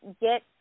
get